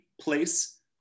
place